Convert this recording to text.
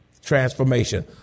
Transformation